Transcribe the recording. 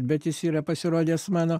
bet jis yra pasirodęs mano